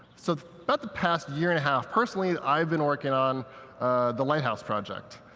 so about the past year and a half, personally, i've been working on the lighthouse project.